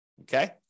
okay